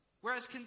Whereas